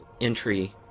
entry